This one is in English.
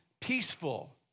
peaceful